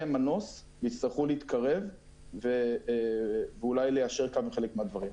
מנוס ויצטרכו להתקרב ואולי ליישר קו בחלק מהדברים.